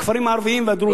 בכפרים הערביים והדרוזיים.